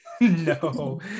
No